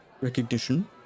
recognition